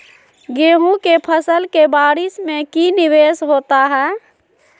गेंहू के फ़सल के बारिस में की निवेस होता है?